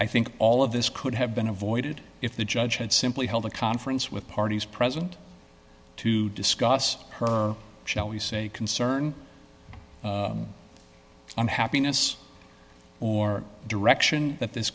i think all of this could have been avoided if the judge had simply held a conference with parties present to discuss her shall we say concern on happiness or direction that this